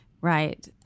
Right